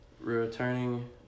Returning